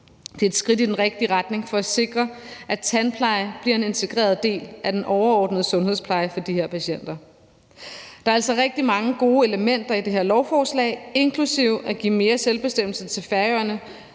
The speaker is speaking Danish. Det er et skridt i den rigtige retning for at sikre, at tandpleje bliver en integreret del af den overordnede sundhedspleje for de her patienter. Der er altså rigtig mange gode elementer i det her lovforslag, inklusive at give mere selvbestemmelse til Færøerne,